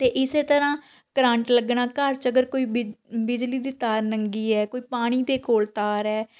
ਅਤੇ ਇਸ ਤਰ੍ਹਾਂ ਕਰੰਟ ਲੱਗਣਾ ਘਰ 'ਚ ਅਗਰ ਕੋਈ ਬਿ ਬਿਜਲੀ ਦੀ ਤਾਰ ਨੰਗੀ ਹੈ ਕੋਈ ਪਾਣੀ ਦੇ ਕੋਲ ਤਾਰ ਹੈ